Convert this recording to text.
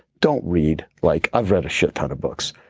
don't read. like i've read a shit ton of books.